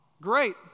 great